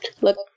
look